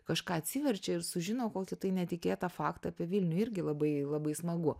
kažką atsiverčia ir sužino kokį tai netikėtą faktą apie vilnių irgi labai labai smagu